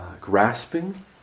grasping